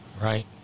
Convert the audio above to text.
right